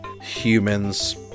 humans